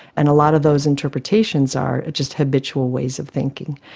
and a lot of those interpretations are just habitual ways of thinking.